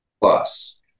plus